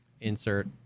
insert